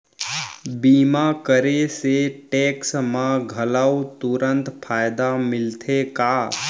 बीमा करे से टेक्स मा घलव तुरंत फायदा मिलथे का?